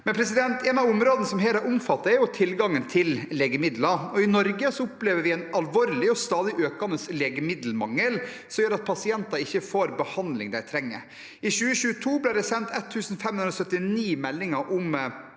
helse. Et av områdene som her er omfattet, er tilgang på legemidler. I Norge opplever vi en alvorlig og stadig økende legemiddelmangel, som gjør at pasienter ikke får den behandlingen de trenger. I 2022 ble det sendt 1 579 meldinger om